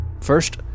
First